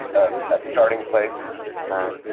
a starting place for